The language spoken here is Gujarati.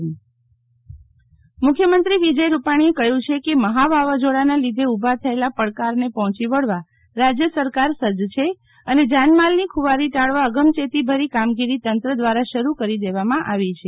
શીતલ વૈશ્નવ મુખ્ય મંત્રી વાવાઝોડું મુખ્યમંત્રી વિજય રૂપાણીએ કહ્યું છે કે મહાવાવાઝીડાના લીધે ઉભા થયેલા પડકારને પહોંચી વળવા રાજય સરકાર સજજ છે અને જાનમાનલની ખુવારી ટાળવા અગમચેતીભરી કામગીરી તંત્ર દ્વારા શરૂ કરી દેવામાં આવી છે